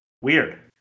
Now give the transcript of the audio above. Weird